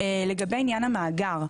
לגבי עניין המאגר.